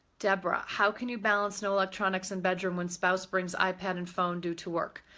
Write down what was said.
debra, how can you balance no electronics and bedroom when spouse brings ipad and phone due to work?